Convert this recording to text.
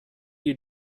you